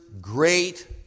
great